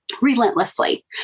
relentlessly